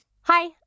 hi